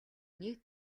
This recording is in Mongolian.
нийт